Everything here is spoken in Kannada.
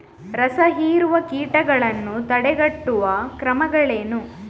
ರಸಹೀರುವ ಕೀಟಗಳನ್ನು ತಡೆಗಟ್ಟುವ ಕ್ರಮಗಳೇನು?